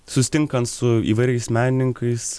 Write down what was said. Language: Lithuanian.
susitinkant su įvairiais menininkais